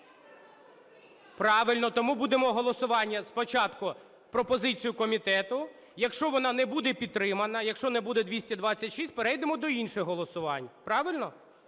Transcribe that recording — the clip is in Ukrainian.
Правильно. Тому будемо голосування спочатку пропозицію комітету. Якщо вона не буде підтримана, якщо не буде 226, перейдемо до інших голосувань. Правильно?